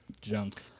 junk